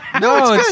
No